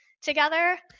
together